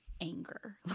anger